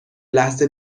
لحظه